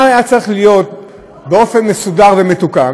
מה היה צריך להיות באופן מסודר ומתוקן?